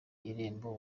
irembo